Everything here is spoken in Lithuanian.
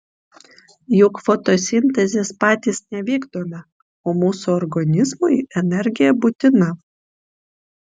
juk fotosintezės patys nevykdome o mūsų organizmui energija būtina